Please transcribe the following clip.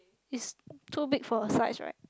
is too big for a size right